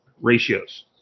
ratios